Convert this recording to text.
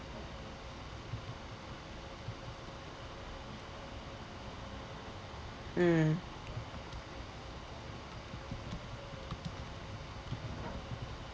mm